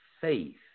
faith